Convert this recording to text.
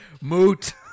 moot